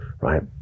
right